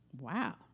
Wow